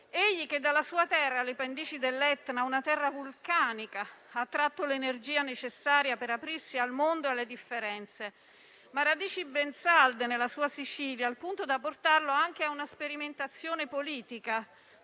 Occidente. Dalla sua terra alle pendici dell'Etna, una terra vulcanica, ha tratto l'energia necessaria per aprirsi al mondo e alle differenze, ma ha radici ben salde nella sua Sicilia, al punto da portarlo anche a una sperimentazione politica,